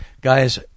guys